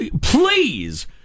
Please